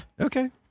Okay